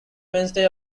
mainstay